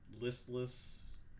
listless